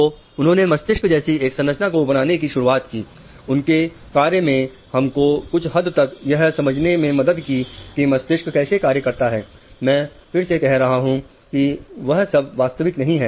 तो उन्होंने मस्तिष्क जैसी एक संरचना को बनाने की शुरुआत की उनके कार्य में हमको कुछ हद तक यह समझने में मदद की कि मस्तिष्क कैसे कार्य करता है मैं फिर से कह रहा हूं की वह सब वास्तविक नहीं है